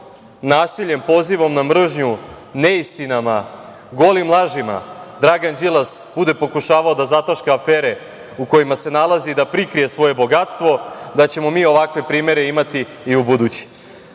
nasiljem, pozivom na mržnju, neistinama, golim lažima Dragan Đilas bude pokušavao da zataška afere u kojima se nalazi, da prikrije svoje bogatstvo, da ćemo mi ovakve primere imati i u